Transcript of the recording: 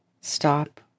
stop